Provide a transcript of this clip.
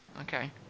Okay